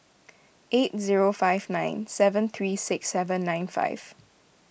eight zero five nine seven three six seven nine five